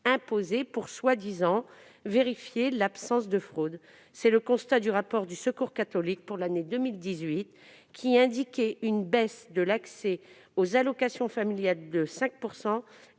imposées prétendument pour vérifier l'absence de fraude. C'est le constat du rapport du Secours catholique pour l'année 2018, qui indiquait une baisse de l'accès aux allocations familiales de 5